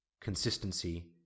consistency